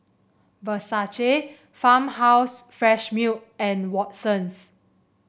Versace Farmhouse Fresh Milk and Watsons